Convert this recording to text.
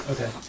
Okay